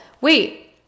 wait